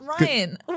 Ryan